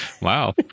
Wow